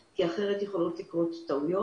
כי אחרת יכולות לקרות טעויות.